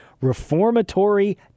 reformatory